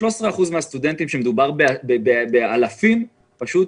13% מהסטודנטים, ומדובר באלפים, פשוט